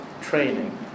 training